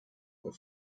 were